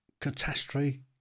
catastrophe